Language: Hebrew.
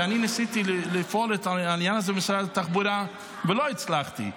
כי אני ניסיתי לפעול לטובת העניין הזה במשרד התחבורה ולא הצלחתי.